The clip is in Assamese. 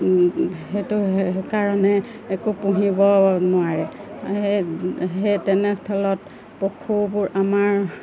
সেইটো কাৰণে একো পুহিব নোৱাৰে সেই তেনেস্থলত পশুবোৰ আমাৰ